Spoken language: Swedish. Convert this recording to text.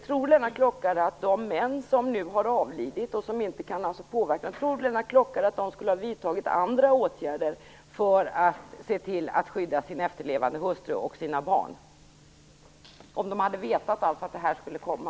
Tror Lennart Klockare att de män som nu har avlidit, och alltså inte kan påverka detta, skulle ha vidtagit andra åtgärder för att se till att skydda sin efterlevande hustru och sina barn om de hade vetat att detta skulle komma?